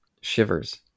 Shivers